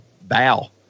bow